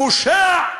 פושע,